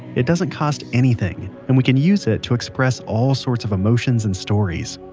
it doesn't cost anything, and we can use it to express all sorts of emotions and stories.